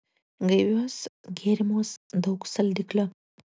gaiviuos gėrimuos daug saldiklio